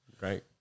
right